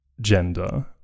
Gender